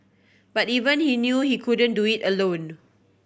but even he knew he couldn't do it alone